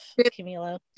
Camilo